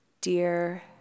Dear